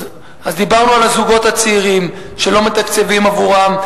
דיברנו על הזוגות הצעירים שלא מתקצבים עבורם,